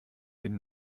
den